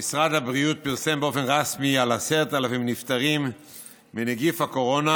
משרד הבריאות פרסם באופן רשמי שיש 10,000 נפטרים מנגיף הקורונה